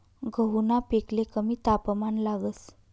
गहूना पिकले कमी तापमान लागस